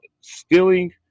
stealing